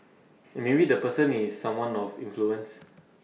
maybe the person is someone of influence